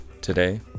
Today